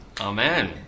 Amen